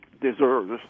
deserves